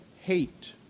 hate